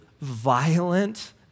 violent